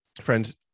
friends